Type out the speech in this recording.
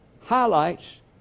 highlights